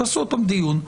תקיימו עוד פעם דיון.